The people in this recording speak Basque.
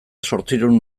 zortziehun